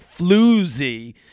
floozy